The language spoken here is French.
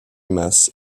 mas